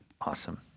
Awesome